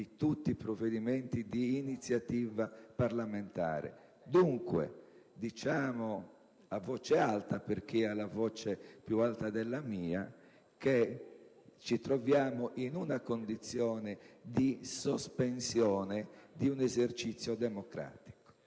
di tutti i provvedimenti di iniziativa parlamentare. Dunque diciamo a voce alta, per chi ha la voce più alta della mia, che ci troviamo in una condizione di sospensione di un esercizio democratico.